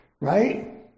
Right